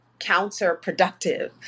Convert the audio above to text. counterproductive